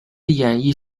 演艺